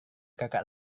kakak